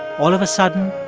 all of a sudden.